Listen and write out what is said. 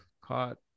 caught